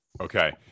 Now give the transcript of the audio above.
Okay